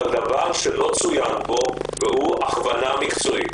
אבל דבר שלא צוין פה הוא הכוונה מקצועית.